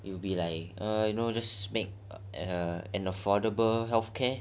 it will be like a you know just make a an affordable health care